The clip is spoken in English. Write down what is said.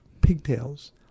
pigtails